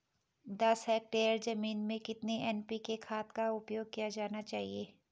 दस हेक्टेयर जमीन में कितनी एन.पी.के खाद का उपयोग किया जाना चाहिए?